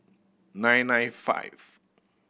nine nine five